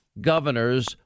governors